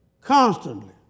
Constantly